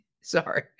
Sorry